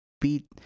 beat